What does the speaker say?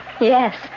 Yes